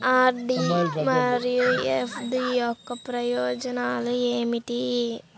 RD మరియు FD యొక్క ప్రయోజనాలు ఏమిటి?